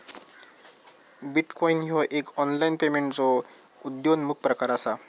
bitcoin ह्यो एक online पेमेंटचो उद्योन्मुख प्रकार असा